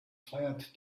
fired